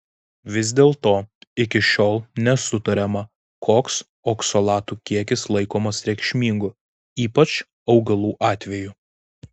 vis dėlto iki šiol nesutariama koks oksalatų kiekis laikomas reikšmingu ypač augalų atveju